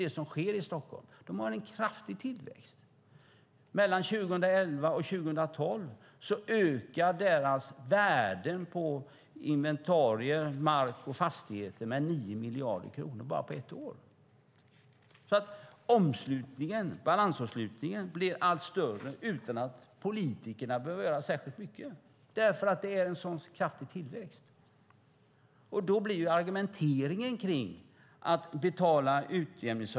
Det sker en kraftig tillväxt i Stockholm. Mellan 2011 och 2012 ökade värdena på inventarier, mark och fastigheter med 9 miljarder, bara på ett år. Balansomslutningen blir allt större utan att politikerna behöver göra särskilt mycket därför att det är så en kraftig tillväxt.